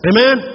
Amen